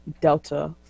Delta